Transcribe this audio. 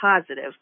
positive